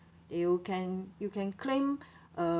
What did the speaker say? you can you can claim uh